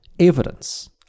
Evidence